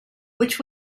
which